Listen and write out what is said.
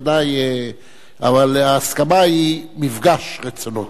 ההסכמה היא מפגש רצונות.